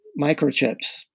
microchips